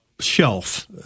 shelf